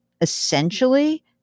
essentially